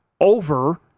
over